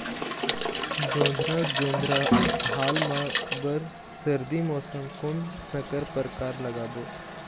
जोंधरा जोन्धरा हाल मा बर सर्दी मौसम कोन संकर परकार लगाबो?